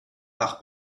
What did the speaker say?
nach